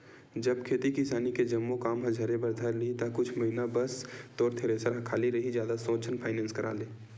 जब खेती किसानी के जम्मो काम ह झरे बर धर लिही ता कुछ महिना बस तोर थेरेसर ह खाली रइही जादा सोच झन फायनेंस करा ले